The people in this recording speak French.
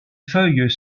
feuilles